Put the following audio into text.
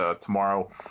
tomorrow